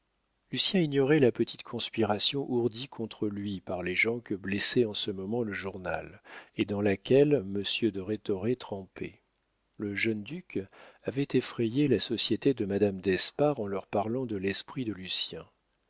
ignorait la petite conspiration ourdie contre lui par les gens que blessait en ce moment le journal et dans laquelle monsieur de rhétoré trempait le jeune duc avait effrayé la société de madame d'espard en leur parlant de l'esprit de lucien